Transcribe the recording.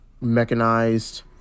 mechanized